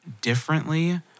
differently